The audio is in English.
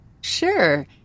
Sure